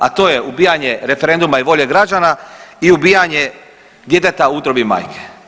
A to je ubijanje referenduma i volje građana i ubijanje djeteta u utrobi majke.